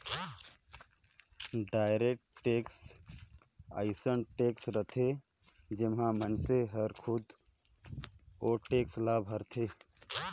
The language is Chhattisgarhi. डायरेक्ट टेक्स अइसन टेक्स हर होथे जेम्हां मइनसे हर खुदे ओ टेक्स ल भरथे